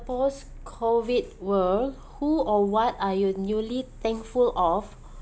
post COVID world who or what are you newly thankful of